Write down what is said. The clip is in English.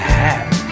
hat